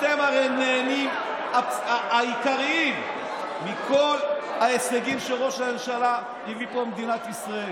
אתם הרי הנהנים העיקריים מכל ההישגים שראש הממשלה הביא פה למדינת ישראל.